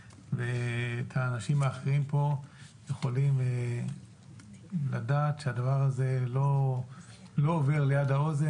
ואת האנשים האחרים פה יכולים לדעת שהדבר הזה לא עובר ליד האוזן,